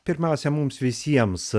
pirmiausia mums visiems